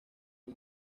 del